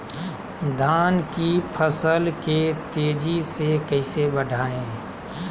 धान की फसल के तेजी से कैसे बढ़ाएं?